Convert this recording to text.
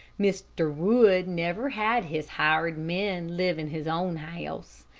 mr. wood never had his hired men live in his own house.